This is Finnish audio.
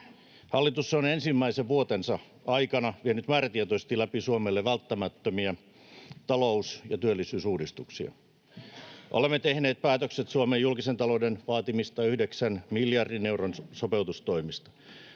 Hallitus on ensimmäisen vuotensa aika vienyt määrätietoisesti läpi Suomelle välttämättömiä talous- ja työllisyysuudistuksia. Olemme tehneet päätökset Suomen julkisen talouden vaatimista yhdeksän miljardin euron sopeutustoimista.